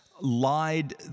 lied